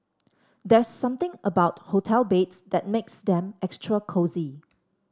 there's something about hotel beds that makes them extra cosy